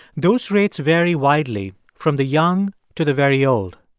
those rates vary widely, from the young to the very old.